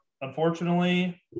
unfortunately